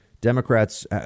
Democrats